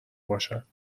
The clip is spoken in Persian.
باشد